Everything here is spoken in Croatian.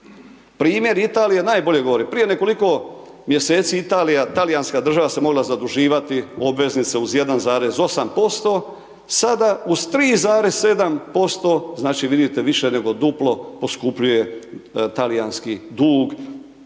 Primjer Italije najbolje govori. Prije nekoliko mjeseci Italija, talijanska država se mogla zaduživati obveznice uz 1,8% sada uz 3,7% znači vidite više nego duplo poskupljuje talijanski dug,